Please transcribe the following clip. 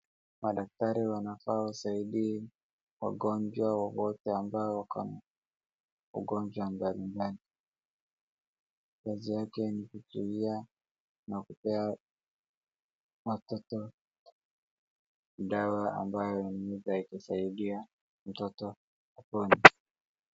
Madaktari wanafaa wasaidie wagonjwa wowote ambao wako na ugonjwa mbalimbali. Kazi yake ni kujulia na kupea watoto dawa ambayo inaweza ikasaidia mtoto kupona.